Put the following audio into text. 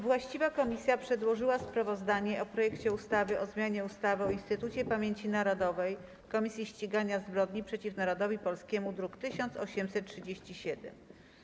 Właściwe komisje przedłożyły sprawozdanie o poselskim projekcie ustawy o zmianie ustawy o Instytucie Pamięci Narodowej - Komisji Ścigania Zbrodni przeciwko Narodowi Polskiemu, druk nr 1837.